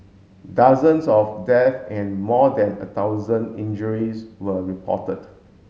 dozens of death and more than a thousand injuries were reported